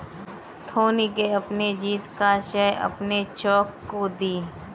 धोनी ने अपनी जीत का श्रेय अपने कोच को दी